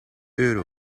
euro